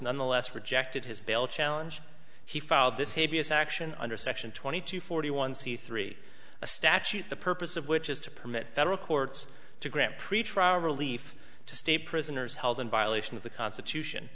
nonetheless rejected his bail challenge he filed the tavi as action under section twenty two forty one c three a statute the purpose of which is to permit federal courts to grant pretrial relief to stay prisoners held in violation of the constitution